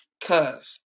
Cause